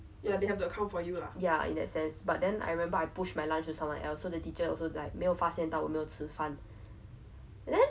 the camp that that okay I really like camps I think I've been to a lot of camp but the camp that stuck to me my memory most will be like